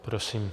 Prosím.